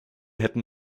hätten